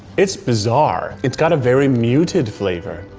it's bizarre. it's got a very muted flavor.